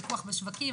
פיקוח בשווקים.